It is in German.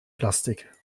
plastik